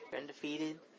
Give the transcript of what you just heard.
Undefeated